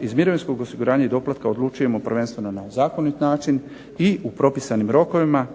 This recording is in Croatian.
iz mirovinskog osiguranja i doplatka odlučujemo prvenstveno na zakonit način i u propisanim rokovima,